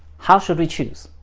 how should we choose?